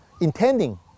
intending